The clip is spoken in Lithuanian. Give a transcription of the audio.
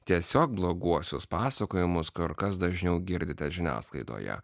tiesiog bloguosius pasakojimus kur kas dažniau girdite žiniasklaidoje